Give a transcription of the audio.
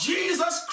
Jesus